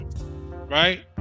right